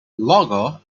logo